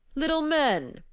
little men,